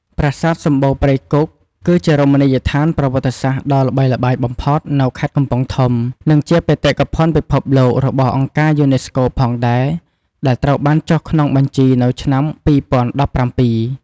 ប្រាសាទសំបូរព្រៃគុក គឺជារមណីយដ្ឋានប្រវត្តិសាស្ត្រដ៏ល្បីល្បាញបំផុតនៅខេត្តកំពង់ធំ និងជាបេតិកភណ្ឌពិភពលោករបស់អង្គការយូណេស្កូផងដែរដែលត្រូវបានចុះក្នុងបញ្ជីនៅឆ្នាំ ២០១៧។